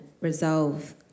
resolve